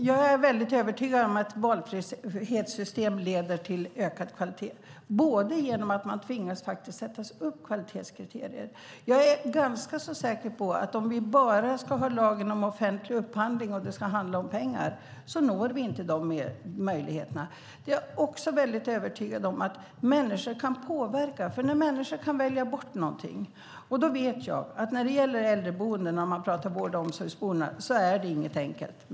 Herr talman! Jag är övertygad om att valfrihetssystem leder till ökad kvalitet, bland annat genom att man tvingas sätta upp kvalitetskriterier. Jag är ganska så säker på att om vi bara ska ha lagen om offentlig upphandling och det ska handla om pengar når vi inte de möjligheterna. Jag är också övertygad om att människor kan påverka när de kan välja bort någonting. När det gäller äldreboenden, vård och omsorgsboenden, vet jag att det inte är enkelt.